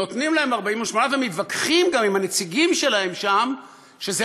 נותנים להם 48 ומתווכחים גם עם הנציגים שלהם שם שזה